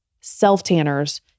self-tanners